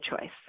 choice